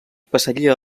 passaria